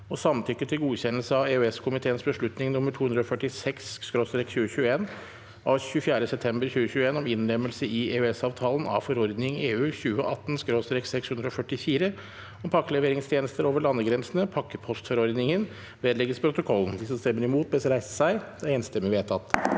og samtykke til godkjennelse av EØS-komiteens beslutning nr. 246/ 2021 av 24. september 2021 om innlemmelse i EØS-avtalen av forordning (EU) 2018/644 om pakkeleveringstjenester over landegrensene (pakkepostforordningen) – vedlegges protokollen. V o t e r i n g : Komiteens innstilling ble enstemmig vedtatt.